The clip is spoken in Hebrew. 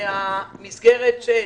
מהמסגרת של